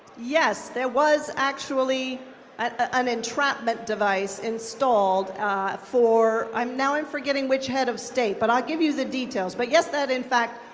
yes, there was actually an entrapment device installed for, now i'm forgetting which head of state, but i'll give you the details. but yes, that in fact,